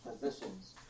positions